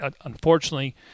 Unfortunately